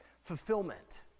fulfillment